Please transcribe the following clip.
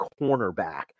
cornerback